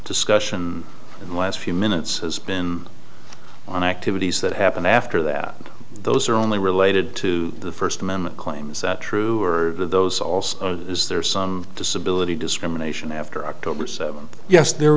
discussion in the last few minutes has been on activities that happen after that those are only related to the first amendment claim is that true or are those also is there some disability discrimination after october so yes there